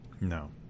No